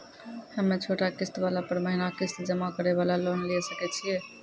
हम्मय छोटा किस्त वाला पर महीना किस्त जमा करे वाला लोन लिये सकय छियै?